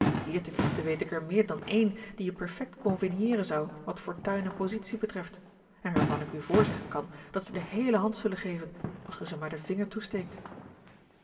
hier ten minste weet ik er meer dan eene die je perfekt convenieeren zou wat fortuin en positie betreft en waarvan ik u voorzeggen kan dat ze de heele hand zullen geven als gij ze maar den vinger toesteekt